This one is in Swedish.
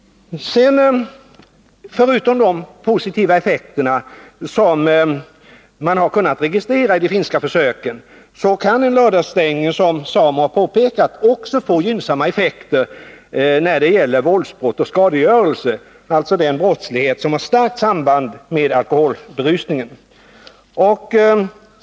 Förutom de positiva effekter man har kunnat registrera i de finska försöken kan en lördagsstängning — som samordningsorganet för alkoholfrågor, SAMO, har påpekat — också få gynnsamma effekter när det gäller våldsbrott och skadegörelse, dvs. sådan brottslighet som har starkt samband med alkoholberusning.